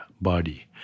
body